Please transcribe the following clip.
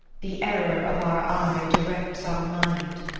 the error of our eye directs our mind.